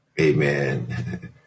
Amen